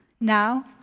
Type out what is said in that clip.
now